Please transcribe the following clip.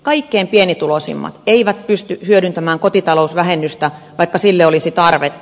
kaikkein pienituloisimmat eivät pysty hyödyntämään kotitalousvähennystä vaikka sille olisi tarvetta